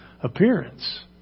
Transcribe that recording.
appearance